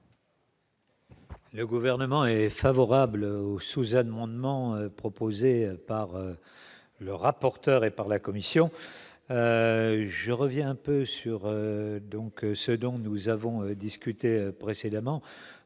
Le gouvernement est favorable au Suzann Mandement proposé par le rapporteur et par la Commission, je reviens un peu sur donc ce dont nous avons discuté précédemment,